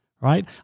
right